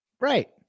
Right